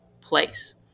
place